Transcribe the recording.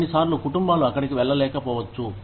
కొన్నిసార్లు కుటుంబాలు అక్కడికి వెళ్ళలేకపోవచ్చు